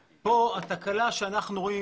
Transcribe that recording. וב', יש תקלות שהן מאוד מינוריות.